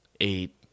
eight